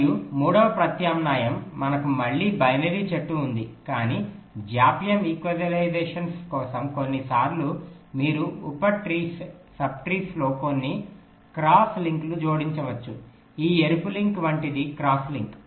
మరియు మూడవ ప్రత్యామ్నాయం మనకు మళ్ళీ బైనరీ చెట్టు ఉంది కానీ జాప్యం ఈక్వలైజేషన్ల కోసం కొన్నిసార్లు మీరు ఉప ట్రీస్ లో కొన్ని క్రాస్ లింక్లను జోడించవచ్చు ఈ ఎరుపు లింక్ వంటిది క్రాస్ లింక్